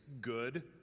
good